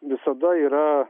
visada yra